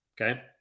Okay